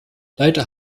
leider